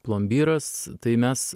plombyras tai mes